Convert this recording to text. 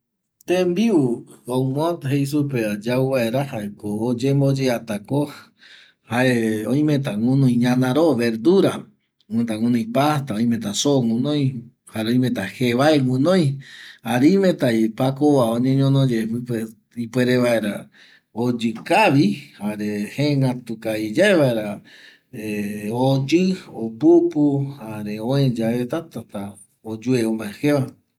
Tembiu ongog jei supeva yauvaera jaeko oyemboyeatako jare oimeta guinoi ñanaro vaerdura, oime guinoi pasta, oimeta soo guinoi jare oimeta jevae guinoi jare oimetavi pakova oñeñonoye pƚpe ipuere vaera oyƚ kavi jare jare jengätu kavi yae vaera oyƚ opupu jare öeyae tätata oyue mae jeva